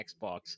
Xbox